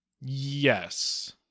Yes